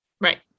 Right